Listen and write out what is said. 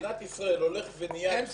בסך הכל, במדינת ישראל הולך ונהיה מצב